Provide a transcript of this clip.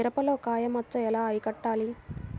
మిరపలో కాయ మచ్చ ఎలా అరికట్టాలి?